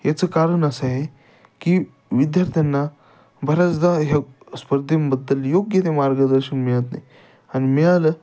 याचं कारण असं आहे की विद्यार्थ्यांना बऱ्याचदा ह्या स्पर्धेंबद्दल योग्य ते मार्गदर्शन मिळत नाही आणि मिळालं